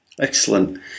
Excellent